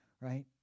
Right